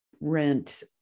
rent